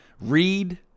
read